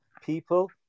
people